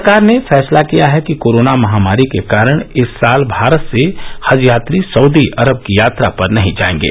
सरकार ने फैसला किया है कि कोरोना महामारी के कारण इस साल भारत से हज यात्री सउदी अरब की यात्रा पर नहीं जाएंगे